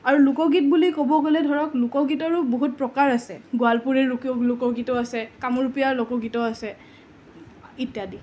আৰু লোকগীত বুলি ক'ব গ'লে ধৰক লোকগীতৰো বহুত প্ৰকাৰ আছে গোৱালপৰীয়া লোক লোকগীত আছে কামৰূপীয় লোকগীতো আছে ইত্যাদি